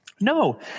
No